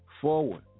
forward